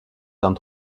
dans